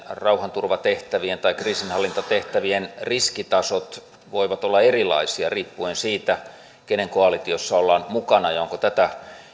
rauhanturvatehtävien tai kriisinhallintatehtävien riskitasot voivat olla erilaisia riippuen siitä kenen koalitiossa ollaan mukana onko tätä